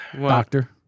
Doctor